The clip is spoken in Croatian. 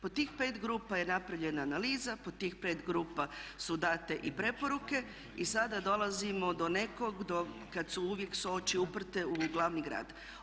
Po tih 5 grupa je napravljena analiza, po tih pet grupa su date i preporuke i sada dolazimo do nekog kad su uvijek oči uprte u glavni grad.